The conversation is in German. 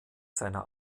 seiner